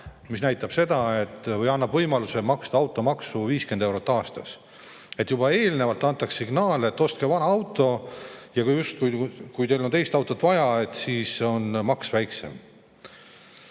20 aasta vana, sest see annab võimaluse maksta automaksu 50 eurot aastas. Juba eelnevalt antakse signaal, et ostke vana auto, kui teil on teist autot vaja, siis on maks väiksem.